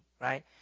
right